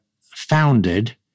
founded